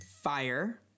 fire